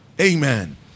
Amen